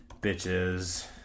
Bitches